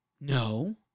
No